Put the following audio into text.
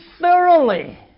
thoroughly